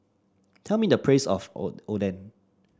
tell me the price of o Oden